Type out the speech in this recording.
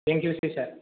thank you सै सार